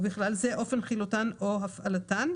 ובכלל זה אופן חילוטן או הפעלתן;